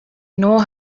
know